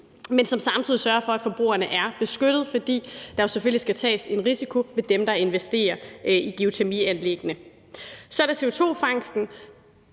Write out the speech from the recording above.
men som samtidig sørger for, at forbrugerne er beskyttet, fordi der jo selvfølgelig skal tages en risiko af dem, der investerer i geotermianlæggene. Så er der CO2-fangsten.